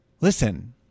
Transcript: Listen